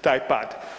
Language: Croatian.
taj pad.